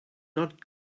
not